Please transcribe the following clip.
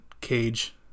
cage